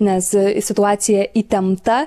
nes situacija įtempta